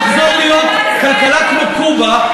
נחזור להיות כלכלה כמו קובה,